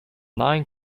nine